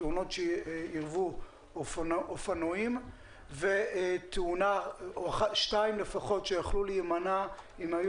תאונות שעירבו אופנועים ושתי תאונות לפחות שיכלו להימנע אם היו